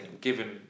given